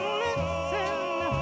listen